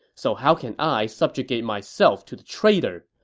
so how can i subjugate myself to the traitor?